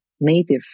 native